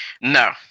No